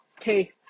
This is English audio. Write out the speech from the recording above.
Okay